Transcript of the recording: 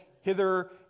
hither